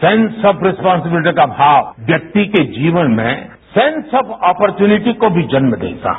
sense of responsibility का भाव व्यक्ति को जीवन में सेंस ऑफ अपॉर्चूनिटी को भी जन्म देता है